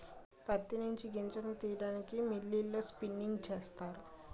ప్రత్తి నుంచి గింజలను తీయడానికి మిల్లులలో స్పిన్నింగ్ చేస్తారు